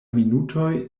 minutoj